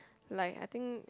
like I think